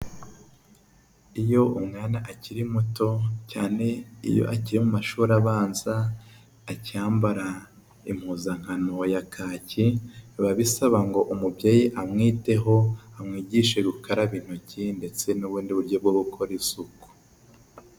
Iyo umwana akiri muto cyane iyo agiye mu mashuri abanza acyambara impuzankano ya kacyi, biba bisaba ngo umubyeyi amwiteho amwigishe gukaraba intoki ndetse n'ubundi buryo bwo gukora isuku.